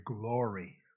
glory